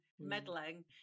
meddling